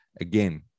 Again